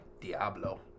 Diablo